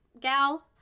gal